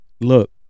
look